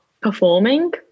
performing